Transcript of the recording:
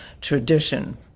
tradition